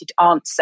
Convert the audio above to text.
answer